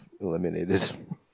eliminated